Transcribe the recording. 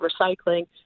recycling